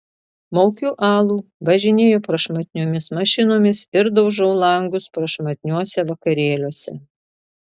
maukiu alų važinėju prašmatniomis mašinomis ir daužau langus prašmatniuose vakarėliuose